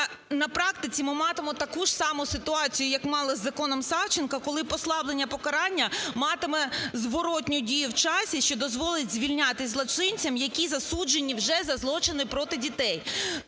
На практиці ми матимемо таку ж саму ситуацію, як мали з законом Савченко, коли послаблення покарання матиме зворотну дію в часі, що дозволить звільняти злочинців, які засуджені вже за злочини проти дітей.